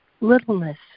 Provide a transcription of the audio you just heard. littleness